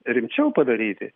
rimčiau padaryti